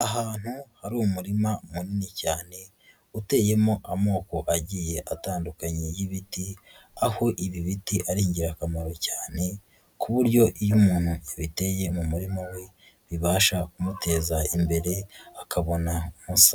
Ahantu hari umurima munini cyane, uteyemo amoko agiye atandukanye y'ibiti, aho ibi biti ari ingirakamaro cyane, ku buryo iyo umuntu abiteye mu murima we, bibasha kumuteza imbere akabona umusaruro.